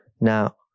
Now